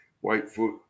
Whitefoot